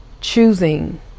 choosing